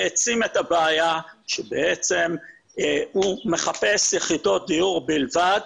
העצים את הבעיה שבעצם הוא מחפש יחידות דיור בלבד,